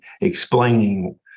explaining